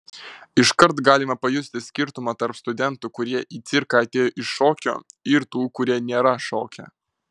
iškart galima pajusti skirtumą tarp studentų kurie į cirką atėjo iš šokio ir tų kurie nėra šokę